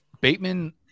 Bateman